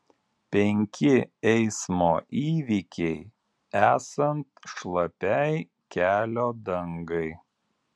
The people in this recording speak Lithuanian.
penki eismo įvykiai esant šlapiai kelio dangai